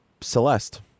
Celeste